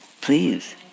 Please